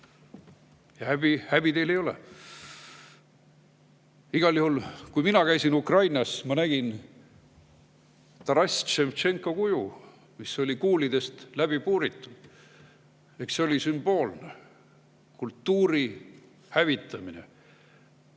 Ja häbi teil ei ole. Igal juhul, kui mina käisin Ukrainas, siis ma nägin Tarass Ševtšenko kuju, mis oli kuulidest läbi puuritud. See oli sümboolne kultuuri hävitamine,